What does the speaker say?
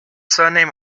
surname